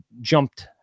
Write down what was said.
jumped